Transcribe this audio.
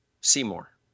Seymour